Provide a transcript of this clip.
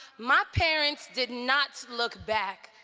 my parents did not look back.